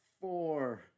four